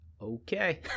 Okay